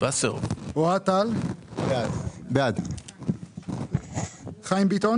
וסרלאוף בעד אוהד טל בעד חיים ביטון